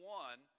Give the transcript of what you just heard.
one